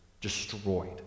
destroyed